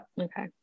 okay